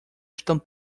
estão